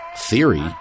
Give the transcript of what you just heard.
Theory